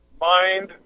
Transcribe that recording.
mind